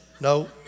No